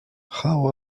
how